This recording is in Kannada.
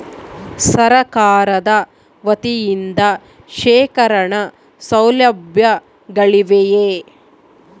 ಸರಕಾರದ ವತಿಯಿಂದ ಶೇಖರಣ ಸೌಲಭ್ಯಗಳಿವೆಯೇ?